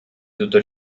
tutto